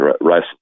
rice